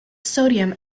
sodium